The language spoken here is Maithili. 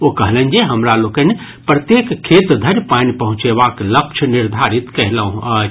ओ कहलनि जे हमरा लोकनि प्रत्येक खेत धरि पानि पहुंचेबाक लक्ष्य निर्धारित कयलहुं अछि